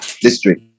district